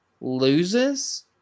loses